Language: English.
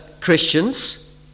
Christians